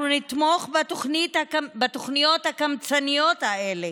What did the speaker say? אנחנו נתמוך בתוכניות הקמצניות האלה,